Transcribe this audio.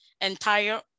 entire